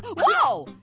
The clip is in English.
whoa,